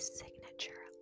signature